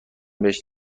بهش